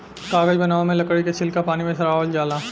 कागज बनावे मे लकड़ी के छीलका पानी मे सड़ावल जाला